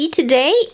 today